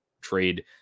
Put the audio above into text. trade